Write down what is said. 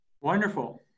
wonderful